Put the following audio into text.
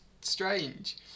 strange